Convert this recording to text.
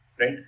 right